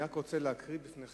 אני רק רוצה להקריא בפניכם